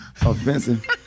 offensive